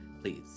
Please